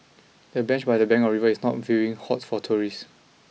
the bench by the bank of the river is a viewing hot for tourists